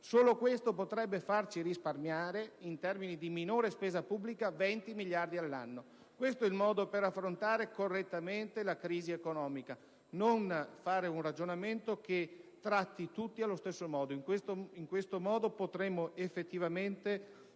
Solo questo potrebbe farci risparmiare, in termini di minore spesa pubblica, circa 20 miliardi l'anno. Questo è il modo per affrontare correttamente la crisi economica: il problema non si risolve trattando tutti allo stesso modo. In questo modo potremmo effettivamente